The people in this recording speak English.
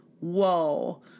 Whoa